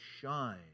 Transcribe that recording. shine